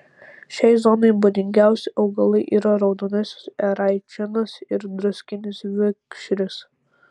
šiai zonai būdingiausi augalai yra raudonasis eraičinas ir druskinis vikšris